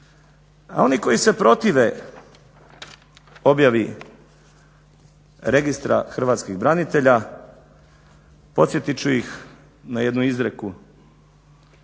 Oni koje se protive objavi Registra hrvatskih branitelja podsjetit ću ih na jednu izreku.